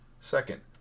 Second